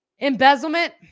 embezzlement